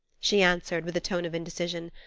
she answered, with a tone of indecision.